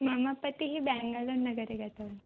मम पतिः बेङ्गलुरुनगरे गतवान्